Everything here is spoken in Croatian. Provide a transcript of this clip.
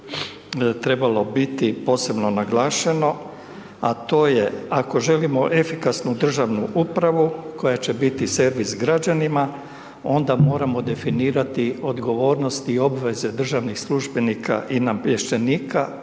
trebalo biti posebno naglašeno, a to je ako želimo efikasnu državnu upravu koja će biti servis građanima onda moramo definirati odgovornost i obveze državnih službenika i namještenika,